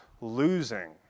losing